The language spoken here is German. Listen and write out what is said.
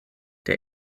der